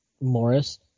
Morris